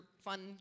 fun